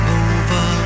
over